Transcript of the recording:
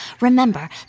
Remember